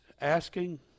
asking